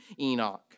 Enoch